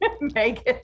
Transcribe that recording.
Megan